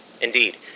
Indeed